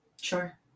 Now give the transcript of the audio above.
Sure